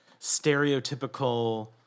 stereotypical